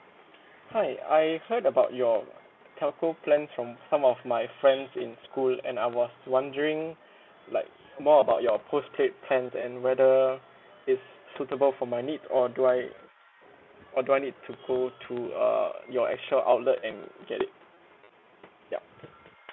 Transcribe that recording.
hi I heard about your telco plans from some of my friends in school and I was wondering like more about your postpaid plans and whether it's suitable for my need or do I or do I need to go to uh your actual outlet and get it yup